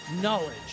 knowledge